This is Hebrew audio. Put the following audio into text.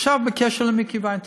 עכשיו בקשר למיקי וינטראוב,